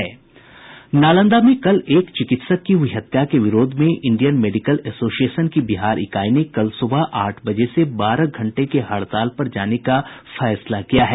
नालंदा में कल एक चिकित्सक की हुई हत्या के विरोध में इंडियन मेडिकल एसोसिएशन की बिहार इकाई ने कल सुबह आठ बजे से बारह घंटे के हड़ताल पर जाने का फैसला किया है